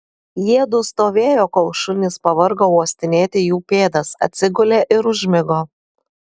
jiedu stovėjo kol šunys pavargo uostinėti jų pėdas atsigulė ir užmigo